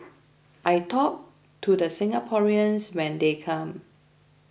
I talk to the Singaporeans when they come